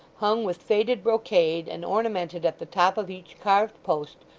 hung with faded brocade, and ornamented, at the top of each carved post,